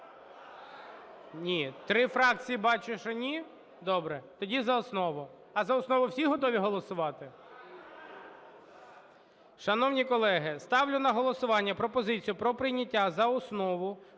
Ні. 3 фракції, бачу, що ні. Добре. Тоді за основу. А за основу всі готові голосувати? Шановні колеги, ставлю на голосування пропозицію про прийняття за основу